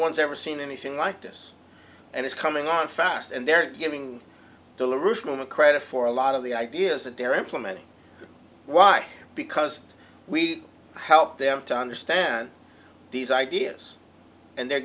one's ever seen anything like this and it's coming on fast and they're giving delusional credit for a lot of the ideas that they're implementing why because we help them to understand these ideas and they're